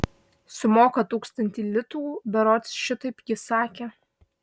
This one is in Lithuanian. sumoka tūkstantį litų berods šitaip ji sakė